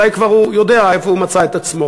אולי הוא כבר יודע איפה הוא מצא את עצמו.